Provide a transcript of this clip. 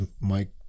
Mike